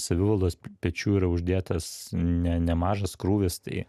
savivaldos pečių yra uždėtas ne nemažas krūvis tai